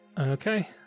Okay